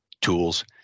tools